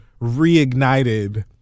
reignited